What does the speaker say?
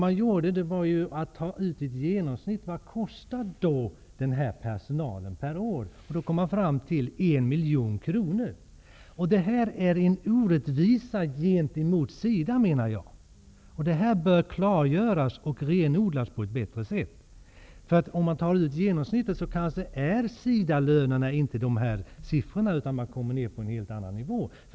Man räknade fram vad den här personalen i genomsnitt kostar per år, och man kom då fram till 1 miljon kronor. Jag menar att det här är en orättvisa gentemot SIDA. Det här bör klargöras och renodlas på ett bättre sätt. Genomsnittligt kommer SIDA-lönerna då kanske inte upp till de här siffrorna utan ned på en helt annan nivå.